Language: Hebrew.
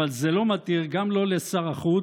אבל זה לא מתיר, גם לא לשר החוץ,